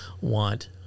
want